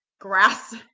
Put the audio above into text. grass